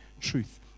truth